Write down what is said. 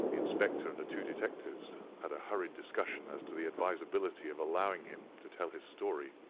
the inspector and the two detectives had a hurried discussion as to the advisability of allowing him to tell his story.